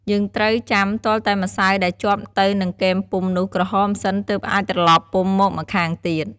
យើងត្រូវចាំទាល់តែម្សៅដែលជាប់ទៅនឹងគែមពុម្ពនោះក្រហមសិន ទើបអាចត្រឡប់ពុម្ពមកម្ខាងទៀត។